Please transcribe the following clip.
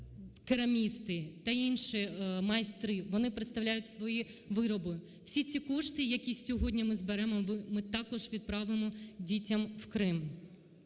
керамісти та інші майстри, вони представляють свої вироби. Всі ці кошти, які сьогодні ми зберемо, ми також відправимо дітям в Крим.